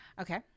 Okay